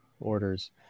orders